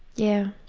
yeah.